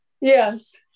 Yes